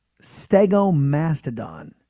Stegomastodon